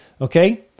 Okay